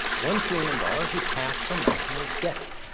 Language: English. one trillion dollars is half the national debt.